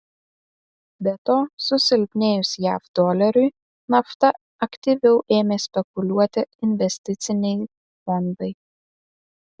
be to susilpnėjus jav doleriui nafta aktyviau ėmė spekuliuoti investiciniai fondai